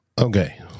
Okay